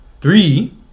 three